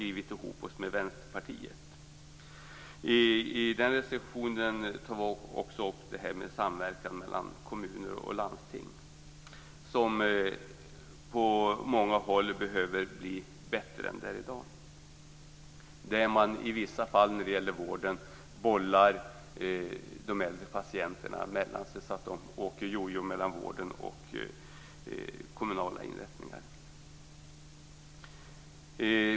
I den reservationen tar vi upp samverkan mellan kommuner och landsting. Denna samverkan behöver på många håll bli bättre än den är i dag. I vissa fall när det gäller vården bollar man de äldre patienterna mellan sig så att de åker jojo mellan vården och kommunala inrättningar.